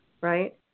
right